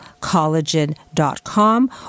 collagen.com